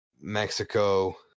Mexico